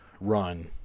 run